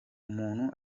umuntu